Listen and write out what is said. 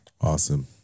Awesome